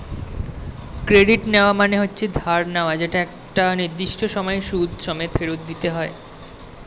credit নেওয়া মানে হচ্ছে ধার নেওয়া যেটা একটা নির্দিষ্ট সময়ে সুদ সমেত ফেরত দিতে হয়